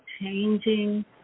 changing